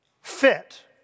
fit